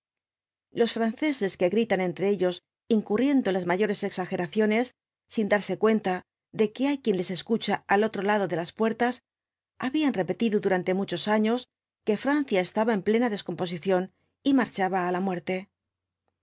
los franceses que gritan entre ellos incurriendo en las mayores exageraciones sin darse cuenta de que hay quien les escucha al otro lado de las puertas habían repetido durante muchos años que francia estaba en plena descomposición y marchaba á la muerte